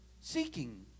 seeking